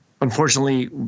Unfortunately